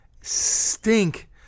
stink